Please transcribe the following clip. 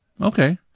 Okay